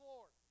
Lord